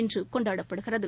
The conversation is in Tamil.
இன்று கொண்டாடப்படுகிறது